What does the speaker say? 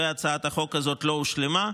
והצעת החוק הזאת לא הושלמה.